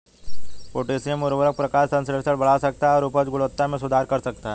potassium उवर्रक प्रकाश संश्लेषण बढ़ा सकता है और उपज गुणवत्ता में सुधार कर सकता है